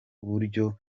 buryo